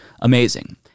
Amazing